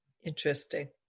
Interesting